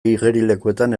igerilekuetan